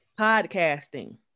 podcasting